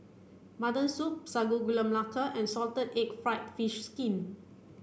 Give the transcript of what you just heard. mutton soup Sago Gula Melaka and salted egg fried fish skin